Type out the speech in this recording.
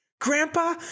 Grandpa